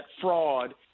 fraud